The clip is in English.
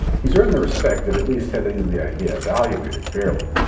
he's earned the respect of at least having the idea evaluated fairly.